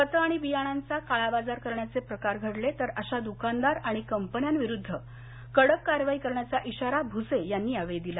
खतं आणि बियाणांचा काळाबाजार करण्याचे प्रकार घडले तर अशा दुकानदार आणि कंपन्याविरुद्ध कडक कारवाई करण्याचा इशारा भूसे यांनी यावेळी दिला